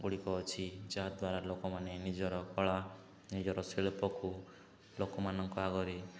ଗୁଡ଼ିକ ଅଛି ଯାହାଦ୍ୱାରା ଲୋକମାନେ ନିଜର କଳା ନିଜର ଶିଳ୍ପକୁ ଲୋକମାନଙ୍କ ଆଗରେ